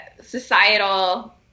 societal